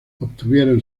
obtuvieron